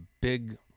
big